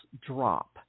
drop